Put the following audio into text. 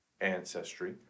ancestry